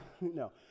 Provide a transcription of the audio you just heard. No